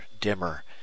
dimmer